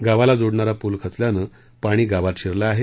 गावाला जोडणारा पूल खचल्यानं पाणी गावात शिरलं आहे